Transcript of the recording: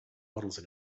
models